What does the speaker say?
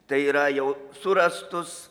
tai yra jau surastos